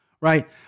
right